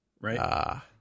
Right